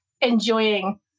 enjoying